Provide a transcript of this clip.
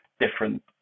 different